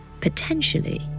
potentially